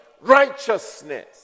righteousness